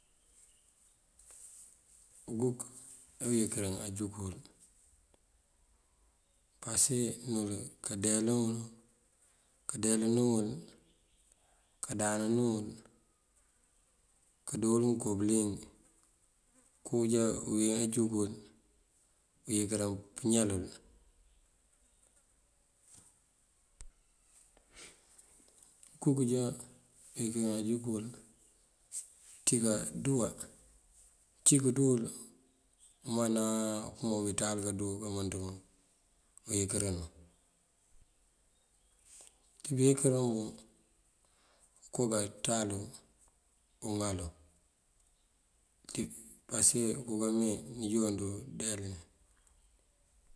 Uguk ajá uyinkërin ajugul pasin nël kandeelani wël, kandáananu wël, kandoolun koo bëliyëng kowun já uwín ajugul unyinkërin pëëñalël. Uguk ajá uyinkërin ajugul ţí kanduwa. Uncí këënduwul omana wobí ţáal kanduwa kamënţënkun uyinkërinu. Bí yinkërank unk, okoo peŋ pëënţáalu uŋalu pasëk unjoonu këëndeelin wël.